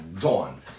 dawn